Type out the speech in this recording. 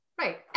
Right